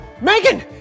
Megan